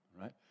right